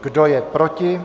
Kdo je proti?